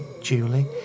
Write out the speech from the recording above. Julie